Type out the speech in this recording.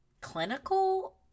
clinical